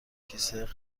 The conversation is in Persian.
کیسه